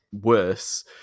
worse